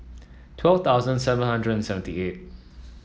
twelve thousand seven hundred and seventy eight